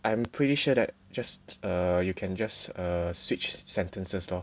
I am pretty sure that just err you can just err switch sentences lor